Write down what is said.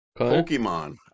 Pokemon